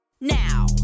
now